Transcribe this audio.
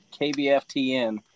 KBFTN